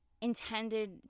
intended